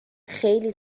خیلی